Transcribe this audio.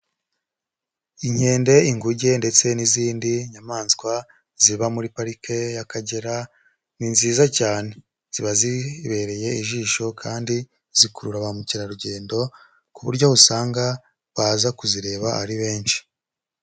Inkende, inguge ndetse n'izindi nyamaswa ziba muri Parike y'Akagera ni nziza cyane, ziba zibereye ijisho kandi zikurura ba mukerarugendo ku buryo usanga baza kuzireba ari benshi.